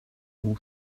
all